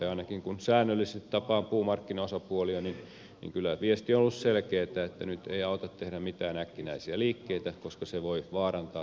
ainakin kun säännöllisesti tapaan puumarkkinaosapuolia niin kyllä viesti on ollut selkeätä että nyt ei auta tehdä mitään äkkinäisiä liikkeitä koska se voi vaarantaa tämän markkinatasapainon